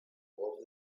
love